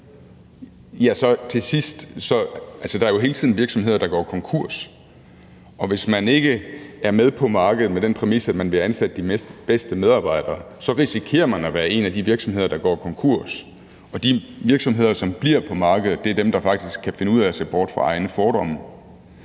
kan de til sidst gå konkurs. Altså, der er jo hele tiden virksomheder, der går konkurs, og hvis man ikke er med på markedet med den præmis, at man vil ansætte de bedste medarbejdere, risikerer man at være en af de virksomheder, der går konkurs. Og de virksomheder, som bliver på markedet, er dem, der faktisk kan finde ud af at se bort fra egne fordomme.